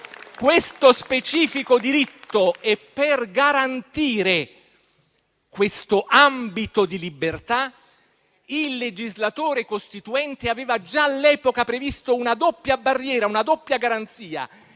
questo specifico diritto e per garantire questo ambito di libertà, il legislatore costituente aveva già all'epoca previsto una doppia barriera, una doppia garanzia: